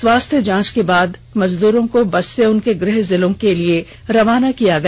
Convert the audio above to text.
स्वास्थ्य जांच के बाद सभी मजदूरों को बस से उनके गृह जिलों के लिए रवाना किया गया